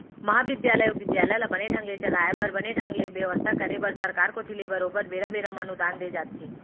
महाबिद्यालय अउ बिद्यालय ल बने ढंग ले चलाय बर बने ढंग ले बेवस्था करे बर सरकार कोती ले बरोबर बेरा बेरा म अनुदान दे जाथे